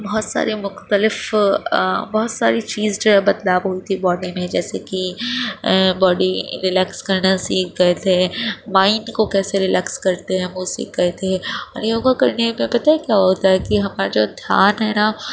بہت سارے مختلف بہت ساری چیز جو ہے بدلاؤ ہوتی باڈی میں جیسے کہ باڈی ریلکس کرنا سیکھ گیے تھے مائنڈ کو کیسے ریلکس کرتے ہیں ہم وہ سیکھ گیے تھے اور یوگا کرنے میں پتہ ہے کیا ہوتا ہے کہ ہمارا جو دھیان ہے نا